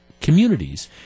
communities